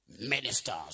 ministers